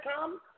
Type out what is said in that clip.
come